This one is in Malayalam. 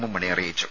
എം മണി അറിയിച്ചു